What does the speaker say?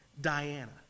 Diana